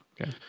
Okay